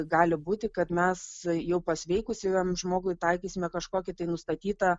gali būti kad mes jau pasveikusiajam žmogui taikysime kažkokį tai nustatytą